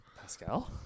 Pascal